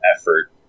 effort